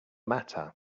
matter